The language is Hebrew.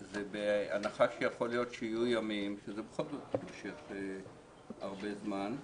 בהנחה שיכול להיות שיהיו ימים שזה יימשך פחות זמן,